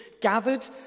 Gathered